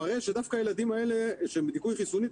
זה מראה שדווקא הילדים האלה שהם בדיכוי חיסוני,